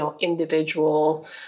individual